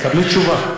תקבלי תשובה,